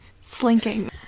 slinking